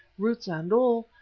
roots and all,